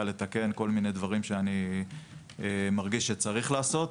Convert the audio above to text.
לתקן כל מיני דברים שאני מרגיש שצריך לעשות,